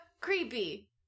creepy